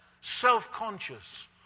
self-conscious